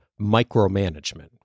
micromanagement